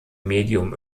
medium